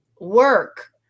work